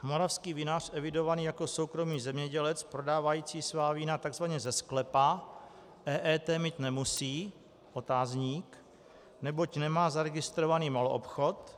Moravský vinař evidovaný jako soukromý zemědělec prodávající svá vína takzvaně ze sklepa, EET mít nemusí otazník neboť nemá zaregistrovaný maloobchod.